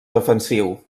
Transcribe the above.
defensiu